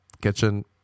kitchen